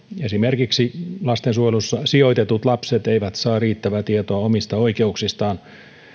esimerkiksi lastensuojelussa sijoitetut lapset eivät saa riittävää tietoa omista oikeuksistaan